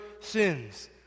sins